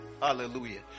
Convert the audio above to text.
hallelujah